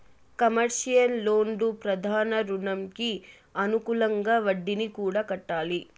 commercial లోన్లు ప్రధాన రుణంకి అనుకూలంగా వడ్డీని కూడా కట్టాలి